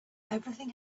everything